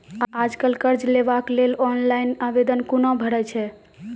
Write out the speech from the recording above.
आज कल कर्ज लेवाक लेल ऑनलाइन आवेदन कूना भरै छै?